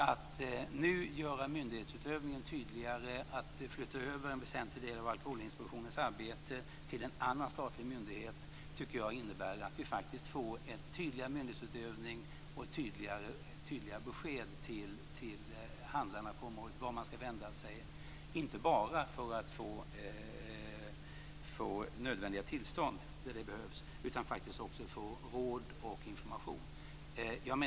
Att nu göra myndighetsutövningen tydligare, att flytta över en väsentlig del av Alkoholinspektionens arbete till en annan statlig myndighet innebär att det blir en tydligare myndighetsutövning och ett tydligare besked till handlarna på området om vart de ska vända sig, inte bara för att få nödvändiga tillstånd utan också för att få råd och information.